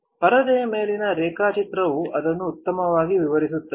ಪರದೆಯ ಮೇಲಿನ ರೇಖಾಚಿತ್ರವು ಅದನ್ನು ಉತ್ತಮವಾಗಿ ವಿವರಿಸುತ್ತದೆ